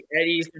Eddie